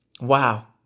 Wow